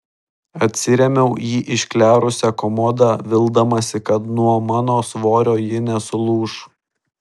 atsirėmiau į išklerusią komodą vildamasi kad nuo mano svorio ji nesulūš